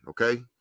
okay